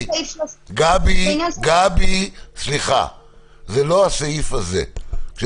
זה לא הסעיף הזה.